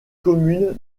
communes